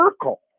circle